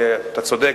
אתה צודק,